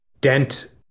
dent